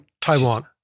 Taiwan